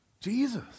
Jesus